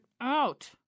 out